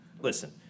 Listen